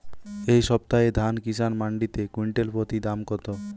এই সপ্তাহে ধান কিষান মন্ডিতে কুইন্টাল প্রতি দাম কত?